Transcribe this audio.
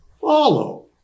follow